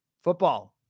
football